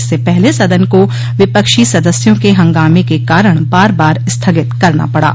इससे पहले सदन को विपक्षी सदस्यों के हंगामे के कारण बार बार स्थगित करना पड़ा